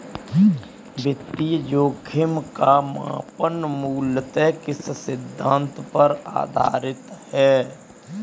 वित्तीय जोखिम का मापन मूलतः किस सिद्धांत पर आधारित है?